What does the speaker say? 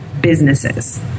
businesses